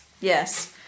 Yes